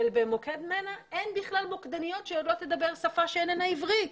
שבמוקד מנ"ע אין בכלל מוקדניות שיודעות לדבר שפה שאיננה עברית,